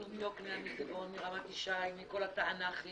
אנחנו מיוקנעם, מטבעון, מרמת ישי, מכל התענ"כים